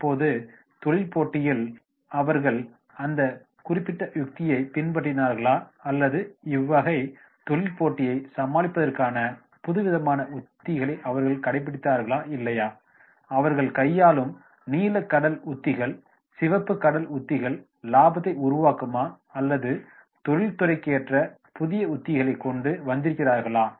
அப்போது தொழில்போட்டியில் அவர்கள் அந்த குறிப்பிட்ட யுக்தியை பின்பற்றினார்களா அல்லது இவ்வகை தொழில்போட்டியை சமாளிப்பதற்கான புதுவிதமான உத்திகளை அவர்கள் கடைப்பிடித்திருக்கிறார்களா இல்லையா அவர்கள் கையாளும் நீல கடல் உத்திகள் சிவப்பு கடல் உத்திகள் இலாபத்தை உருவாக்குமா அல்லது தொழில்துறைக்கேற்ற புதிய உத்திகளை கொண்டு வந்திருக்கிறார்களா